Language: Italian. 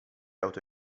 auto